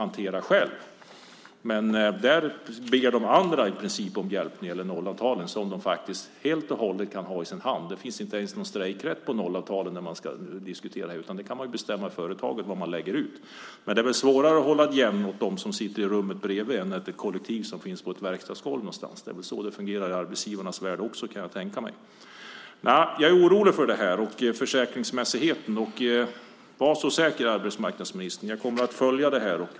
Men när det gäller nollavtalen ber de i princip andra om hjälp trots att de helt och hållet kan ha dem i sin hand. Det finns inte ens någon strejkrätt när det gäller nollavtalen, utan företagen kan bestämma själva. Dock är det är svårare gentemot mot dem som sitter i rummet bredvid än mot ett kollektiv som finns på ett verkstadsgolv någonstans. Det är väl så det fungerar i arbetsgivarnas värld, kan jag tänka mig. Jag är orolig för detta och försäkringsmässigheten. Var så säker, arbetsmarknadsministern, jag kommer att följa detta!